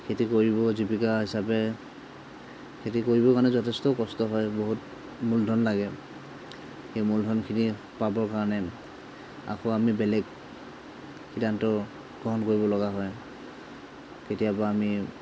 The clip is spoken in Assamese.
খেতি কৰিব জীৱিকা হিচাপে খেতি কৰিবৰ কাৰণে যথেষ্ট কষ্ট হয় বহুত মূলধন লাগে সেই মূলধনখিনি পাবৰ কাৰণে আকৌ আমি বেলেগ সিদ্ধান্ত গ্ৰহণ কৰিব লগা হয় কেতিয়াবা আমি